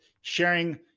sharing